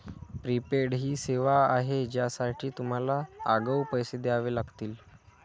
prepaid ही सेवा आहे ज्यासाठी तुम्हाला आगाऊ पैसे द्यावे लागतील